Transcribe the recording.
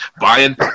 buying